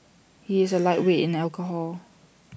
he is A lightweight in alcohol